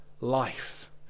life